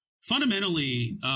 Fundamentally